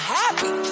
happy